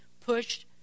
pushed